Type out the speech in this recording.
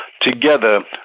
together